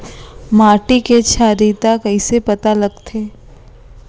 माटी के क्षारीयता कइसे पता लगथे?